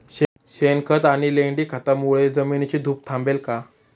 शेणखत आणि लेंडी खतांमुळे जमिनीची धूप थांबेल का?